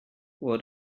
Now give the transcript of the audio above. what